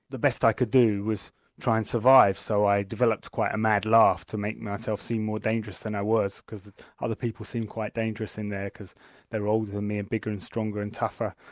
the best i could do was try and survive so i developed quite a mad laugh to make myself seem more dangerous than i was because other people seemed quite dangerous in there because they were older than me and bigger, and stronger, and tougher.